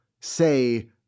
say